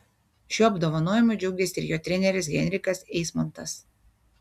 šiuo apdovanojimu džiaugėsi ir jo treneris henrikas eismontas